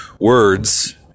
words